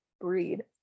breed